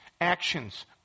actions